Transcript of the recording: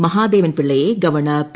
മഹാദേവൻ പിള്ളയെ governor P